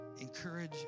encourage